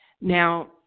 now